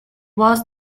was